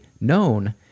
known